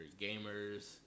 gamers